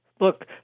Look